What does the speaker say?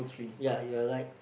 ya you're right